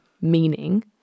meaning